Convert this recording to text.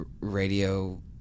radio